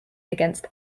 against